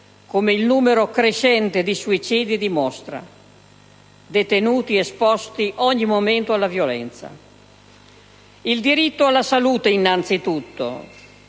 come il numero crescente di suicidi dimostra: detenuti esposti ogni momento alla violenza. Il diritto alla salute innanzi tutto.